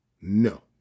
No